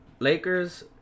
lakers